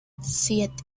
siete